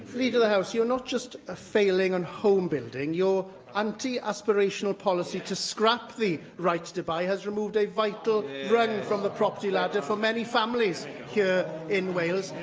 leader of the house, you're not just ah failing on home building your anti-aspirational policy to scrap the right to buy has removed a vital rung from the property ladder for many families here in wales.